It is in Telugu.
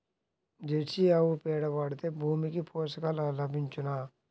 జెర్సీ ఆవు పేడ వాడితే భూమికి పోషకాలు లభించునా?